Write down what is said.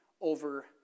over